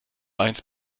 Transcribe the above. eins